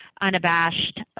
unabashed